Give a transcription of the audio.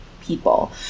people